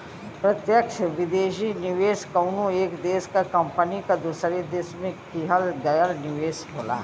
प्रत्यक्ष विदेशी निवेश कउनो एक देश क कंपनी क दूसरे देश में किहल गयल निवेश होला